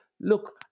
look